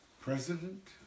President